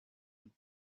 would